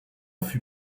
fut